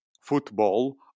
football